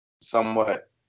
somewhat